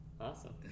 Awesome